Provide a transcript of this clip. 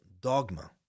dogma